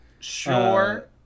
Sure